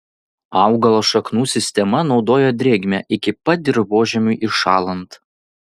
augalo šaknų sistema naudoja drėgmę iki pat dirvožemiui įšąlant